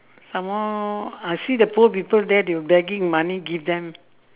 some more I see the poor people there they begging money give them